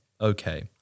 okay